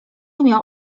miał